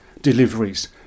deliveries